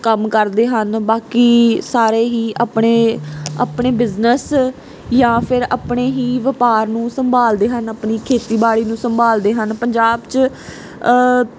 ਕੰਮ ਕਰਦੇ ਹਨ ਬਾਕੀ ਸਾਰੇ ਹੀ ਆਪਣੇ ਆਪਣੇ ਬਿਜ਼ਨਸ ਜਾਂ ਫਿਰ ਆਪਣੇ ਹੀ ਵਪਾਰ ਨੂੰ ਸੰਭਾਲਦੇ ਹਨ ਆਪਣੀ ਖੇਤੀਬਾੜੀ ਨੂੰ ਸੰਭਾਲਦੇ ਹਨ ਪੰਜਾਬ 'ਚ